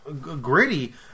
gritty